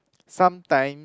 sometimes